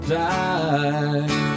die